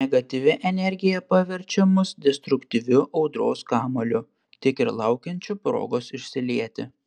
negatyvi energija paverčia mus destruktyviu audros kamuoliu tik ir laukiančiu progos išsilieti